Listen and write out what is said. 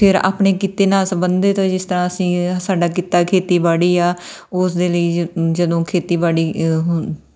ਫਿਰ ਆਪਣੇ ਕਿੱਤੇ ਨਾਲ ਸਬੰਧਿਤ ਜਿਸ ਤਰ੍ਹਾਂ ਅਸੀਂ ਸਾਡਾ ਕਿੱਤਾ ਖੇਤੀਬਾੜੀ ਆ ਉਸ ਦੇ ਲਈ ਜ ਜਦੋਂ ਖੇਤੀਬਾੜੀ ਅ ਹ